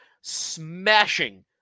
smashing